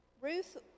Ruth